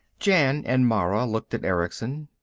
jan and mara looked at erickson.